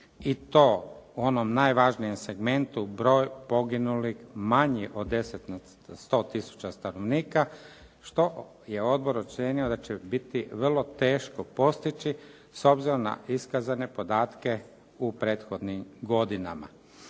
i to u onom najvažnijem segmentu, broj poginulih manji od 10 na 100 tisuća stanovnika, što je odbor ocijenio da će biti vrlo teško postići s obzirom na iskazane podatke u prethodnim godinama.